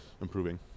improving